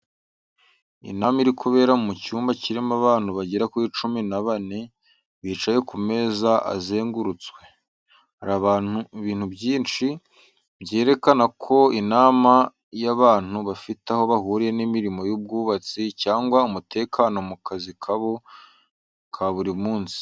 Inama iri kubera mu cyumba kirimo abantu bagera kuri cumi na bane, bicaye ku meza azengurutswe. Hari ibintu byinshi byerekana ko ari inama y’abantu bafite aho bahuriye n’imirimo y’ubwubatsi cyangwa umutekano mu kazi kabo ka buri munsi.